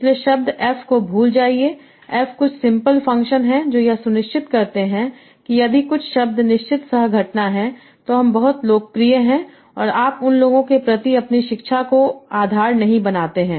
इसलिए शब्द f को भूल जाइए f कुछ सिंपल फंक्शन हैं जो यह सुनिश्चित करते हैं कि यदि कुछ शब्द निश्चित सह घटना हैं तो हम बहुत लोकप्रिय हैं आप उन लोगों के प्रति अपनी शिक्षा को आधार नहीं बनाते हैं